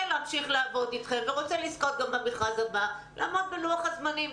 להמשיך לעבוד איתכם ורוצה לזכות גם במכרז הבא לעמוד בלוח הזמנים.